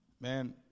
Man